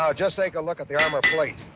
ah just take a look as the armor plate.